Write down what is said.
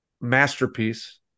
masterpiece